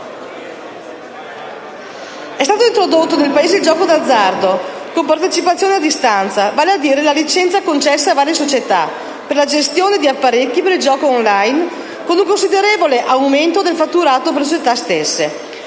è stato introdotto nel Paese il gioco con partecipazione a distanza, vale a dire la licenza, concessa a varie società, per la gestione di apparecchi per il gioco *on line*, con un considerevole aumento del fatturato per le società